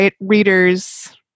readers